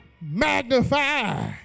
magnify